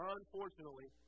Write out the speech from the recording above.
Unfortunately